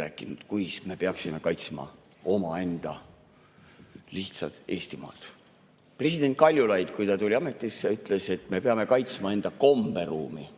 rääkinud, kuidas me peaksime kaitsma omaenda lihtsat Eestimaad. President Kaljulaid, kui ta tuli ametisse, ütles, et me peame kaitsma enda komberuumi.